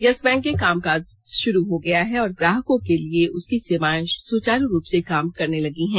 yes Bank में कामकाज शुरू हो गया है और ग्राहकों के लिए उसकी सेवाएं सुचारू रूप से काम करने लगी हैं